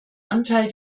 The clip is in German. anteil